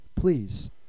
Please